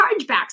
chargebacks